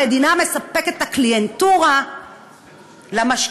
המדינה מספקת את הקליינטורה למשקיעים.